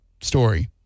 story